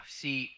see